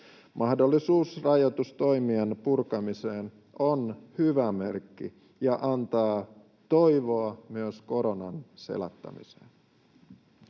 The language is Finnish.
Mahdollisuus rajoitustoimien purkamiseen on hyvä merkki ja antaa toivoa myös koronan selättämiseen.